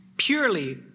Purely